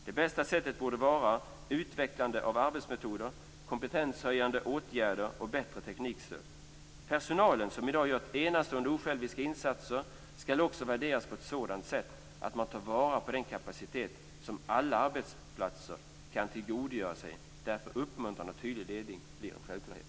Det bästa sättet borde vara utvecklande av arbetsmetoder, kompetenshöjande åtgärder och bättre teknikstöd. Personalen, som i dag gör enastående och osjälviska insatser, skall också värderas på ett sådant sätt att man tar vara på den kapacitet som alla arbetsplatser kan tillgodogöra sig när uppmuntran och tydlig ledning är en självklarhet.